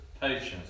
patience